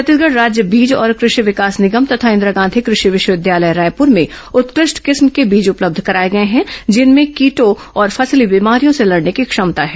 छत्तीसगढ़ राज्य बीज और कृषि विकास निगम तथा इंदिरा गांधी कृषि विश्वविद्यालय रायपुर में उत्कृष्ट किस्म के बीज उपलब्ध कराए गए हैं जिनमें कीटों और फसली बीमारियों से लड़ने की क्षमता है